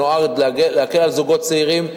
שנועד להקל על זוגות צעירים,